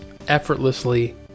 effortlessly